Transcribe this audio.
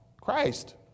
Christ